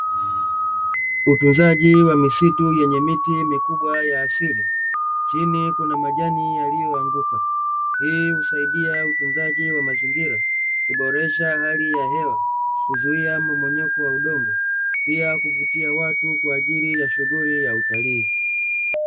Utunzaji wa misitu yenye miti mikubwa ya asili, chini kuna majani yaliyoanguka. Hii husaidia utunzaji wa mazingira, kuboresha hali ya hewa, kuzuia mmomonyoko wa udongo, pia kuvutia watu kwa ajili ya shughuli ya utalii.